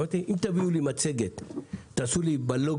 ואמרתי להם: אם תביאו לי מצגת ותעשו לי בלוגו